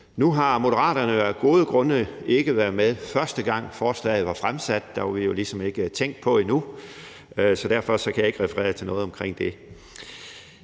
Nu har Moderaterne af gode grunde ikke været med, første gang forslaget blev fremsat, der var vi jo ligesom ikke tænkt på endnu, så derfor kan jeg ikke referere til noget omkring det.